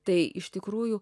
tai iš tikrųjų